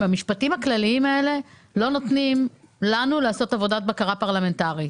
המשפטים הכלליים האלה לא נותנים לנו לעשות עבודת בקרה פרלמנטרית.